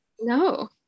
No